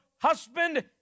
husband